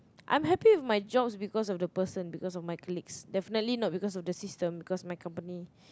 I am happy with my job because of the person because of my colleagues definitely not because of the system because my company